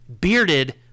bearded